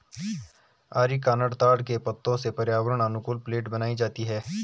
areca nut ताड़ के पत्तों से पर्यावरण अनुकूल प्लेट बनाई जाती है